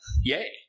yay